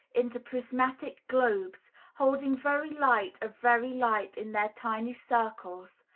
into prismatic globes, holding very light of very light in their tiny circles,